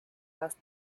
was